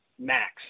max